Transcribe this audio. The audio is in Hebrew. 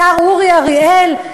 לשר אורי אריאל?